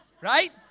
right